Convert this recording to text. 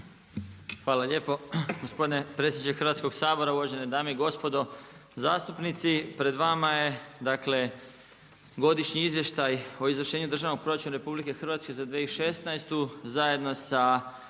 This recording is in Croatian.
Hvala lijepo gospodine predsjedniče Hrvatskog sabora uvažene dame i gospodo zastupnici. Pred vama je dakle, godišnji Izvještaj o izvršenju državnog proračunu RH za 2016. zajedno sa